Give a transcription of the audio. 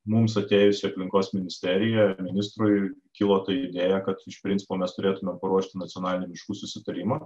mums atėjus į aplinkos ministeriją ministrui kilo ta idėja kad iš principo mes turėtumėm paruošti nacionalinį susitarimą